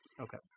Okay